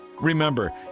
Remember